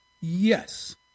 Yes